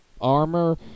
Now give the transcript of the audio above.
armor